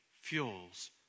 fuels